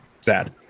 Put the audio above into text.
Sad